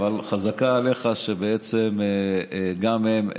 אבל חזקה עליך שגם הם,